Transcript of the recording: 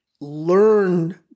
learn